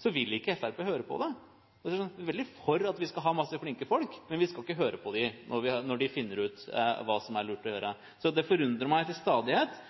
så vil ikke Fremskrittspartiet høre på det. De er veldig for at vi skal ha masse flinke folk, men vi skal ikke høre på dem når de finner ut hva som er lurt å gjøre. Det forundrer meg til stadighet